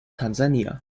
tansania